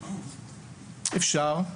אפשר,